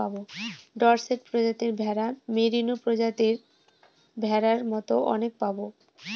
Dorset প্রজাতির ভেড়া, merino প্রজাতির ভেড়ার মতো অনেক পাবো